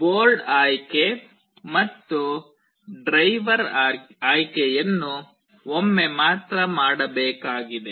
board ಆಯ್ಕೆ ಮತ್ತು driver ಆಯ್ಕೆಯನ್ನು ಒಮ್ಮೆ ಮಾತ್ರ ಮಾಡಬೇಕಾಗಿದೆ